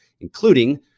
including